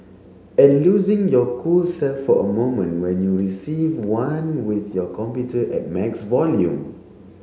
and losing your cool self for a moment when you receive one with your computer at max volume